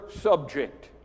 subject